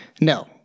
No